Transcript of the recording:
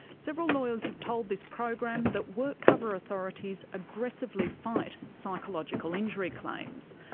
several lawyers have told this program that workcover authorities aggressively fight psychological injury claims,